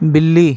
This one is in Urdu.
بلّی